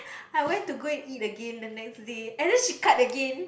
I went to go and eat again the next day and then she cut again